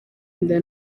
inda